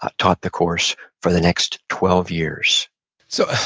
taught the course for the next twelve years so,